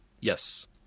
Yes